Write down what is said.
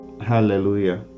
Hallelujah